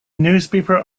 newspaper